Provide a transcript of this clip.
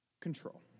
control